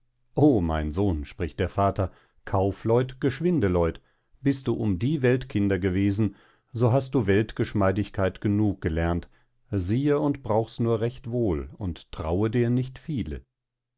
o mein sohn spricht der vater kaufleut geschwinde leut bist du um die weltkinder gewesen so hast du weltgeschmeidigkeit genug gelernt siehe und brauchs nur recht wohl und trau dir nicht viele